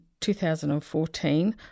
2014